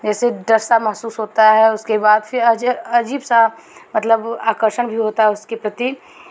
जैसे डर सा महसूस होता है उसके बाद फिर अजीब सा मतलब आकर्षण भी होता है उसके प्रति